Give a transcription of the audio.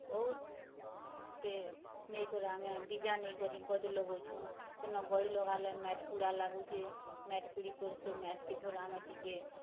ବହୁତ୍ ଟେ ନେଇକରି ଆମେ ବୀଜା ନେଇକରି ଗଯ୍ ଲଗଉଁଛୁ ସେନ୍ ଗଯ୍ ଲଗାଲେ ମେଟ୍ କୁଡ଼ା ଲାଗୁଛି ମେଟ୍ ପିଡ଼ି କରସେ ସେ ମେଟ୍ କି ଫିର୍ ଆମେ ଟିକେ